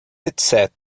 etc